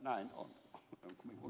näin on kuin sanoin